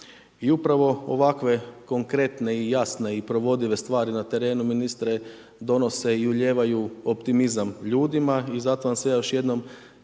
I upravo ovakve konkretne i jasne i provodive stvari na terenu ministre donose i ulijevaju optimizam ljudima i zato vam se ja još jednom